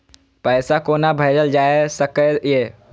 पैसा कोना भैजल जाय सके ये